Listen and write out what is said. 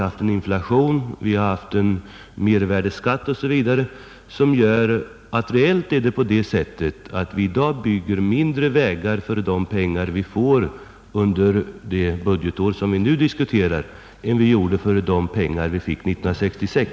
a. inflationen och mervärdeskatten gör att det reellt är på det sättet att vi kommer att få mindre vägbyggande för de pengar vi erhåller under nästa budgetår än vi fick för de pengar som anslogs 1966.